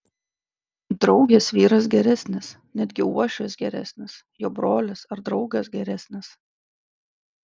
draugės vyras geresnis netgi uošvis geresnis jo brolis ar draugas geresnis